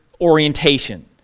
orientation